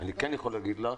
אני כן יכול להגיד לך